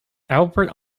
albert